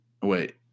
Wait